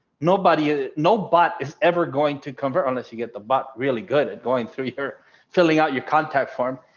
nobody ah you know but is ever going to convert unless you get the buck really good at going through or filling out your contact form.